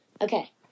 okay